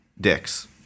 dicks